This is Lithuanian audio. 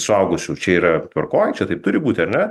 suaugusių čia yra tvarkoj čia taip turi būti ar ne